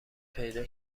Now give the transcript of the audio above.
پیدا